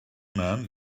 man